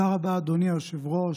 תודה רבה, אדוני היושב-ראש.